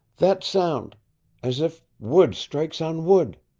that sound as if wood strikes on wood!